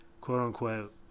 quote-unquote